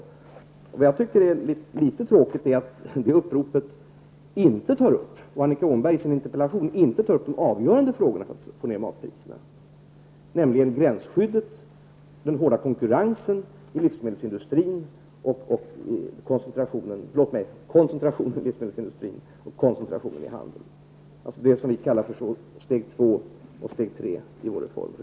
Litet tråkigt tycker jag att det är att uppropet inte tar upp och Annika Åhnberg i sin interpellation inte tar upp de avgörande frågorna när det gäller att få ner matpriserna, nämligen gränsskyddet, koncentrationen i livsmedelsindustrin och koncentrationen i handeln, alltså det som vi kallar för steg två och steg tre i vår reform.